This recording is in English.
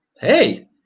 Hey